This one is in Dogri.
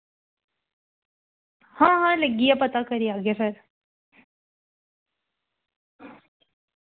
हां हां लग्गी गेआ पता करी जाह्गे फिर